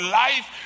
life